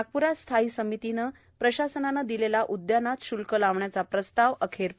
नागप्रात स्थायी समितीने प्रशासनाने दिलेला उद्यानात शुल्क लावण्याचा प्रस्ताव अखेर परत